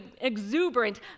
exuberant